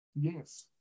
Yes